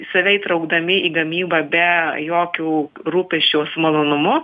save įtraukdami į gamybą be jokių rūpesčių su malonumu